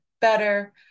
better